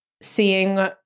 seeing